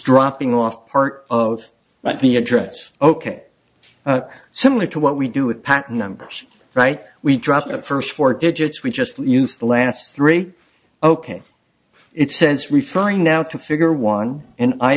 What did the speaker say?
dropping off part of the address ok similar to what we do with pat numbers right we drop the first four digits we just use the last three ok it says referring now to figure one and i